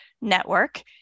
network